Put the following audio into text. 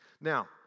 Now